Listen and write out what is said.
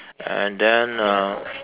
and then uh